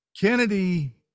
kennedy